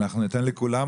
דבר אחרון,